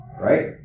right